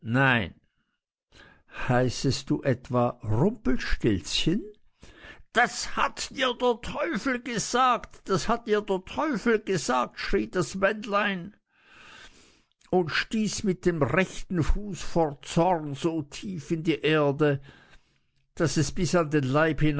nein heißt du etwa rumpelstilzchen das hat dir der teufel gesagt das hat dir der teufel gesagt schrie das männlein und stieß mit dem rechten fuß vor zorn so tief in die erde daß es bis an den leib